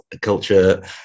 culture